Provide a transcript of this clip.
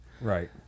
right